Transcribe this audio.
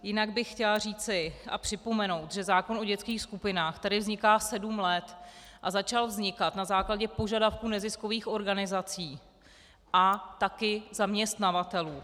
Jinak bych chtěla říci a připomenout, že zákon o dětských skupinách tady vzniká sedm let a začal vznikat na základě požadavků neziskových organizací a také zaměstnavatelů.